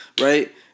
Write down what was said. right